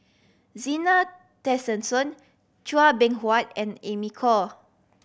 Zena Tessensohn Chua Beng Huat and Amy Khor